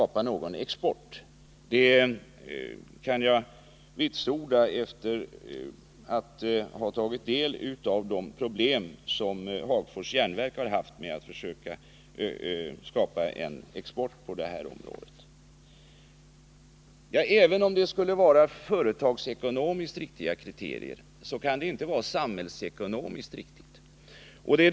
Att så är fallet kan jag vitsorda efter att ha satt mig in i de problem som Hagfors Järnverk har haft med att försöka få till stånd en export på det här området. Även om kriterierna skulle vara företagsekonomiskt riktiga kan de inte vara samhällsekonomiskt hållbara.